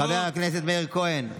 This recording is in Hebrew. חבר הכנסת מאיר כהן,